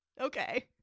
Okay